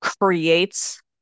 creates